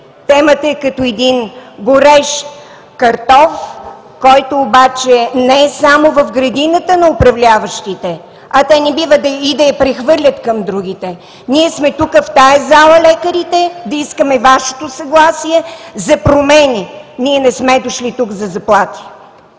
Темата е като горещ картоф, който обаче не е само в градината на управляващите, а те не бива и да я прехвърлят към другите. Ние лекарите сме тук, в тази зала, да искаме Вашето съгласие за промени. Ние не сме дошли тук за заплати.